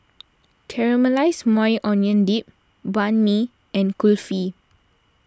Caramelized Maui Onion Dip Banh Mi and Kulfi